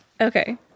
Okay